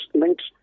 links